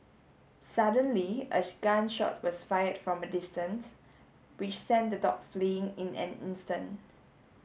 suddenly a gun shot was fired from a distance which sent the dogs fleeing in an instant